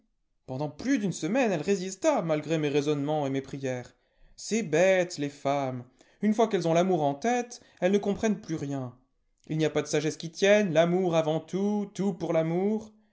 pendant plus d'une semame elle résista malgré mes raisonnements et mes prières c'est bête les femmes une fois qu'elles ont l'amour en tête elles ne comprennent plus rien il n'y a pas de sagesse qui tienne l'amour avant tout tout pour l'amour